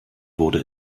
wurde